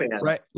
right